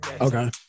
Okay